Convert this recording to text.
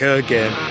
again